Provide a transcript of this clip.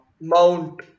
Mount